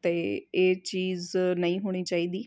ਅਤੇ ਇਹ ਚੀਜ਼ ਨਹੀਂ ਹੋਣੀ ਚਾਹੀਦੀ